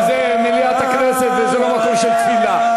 כי זו מליאת הכנסת וזה לא מקום של תפילה.